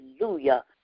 Hallelujah